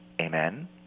Amen